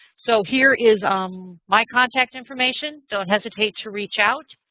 so here is um my contact information. don't hesitate to reach out.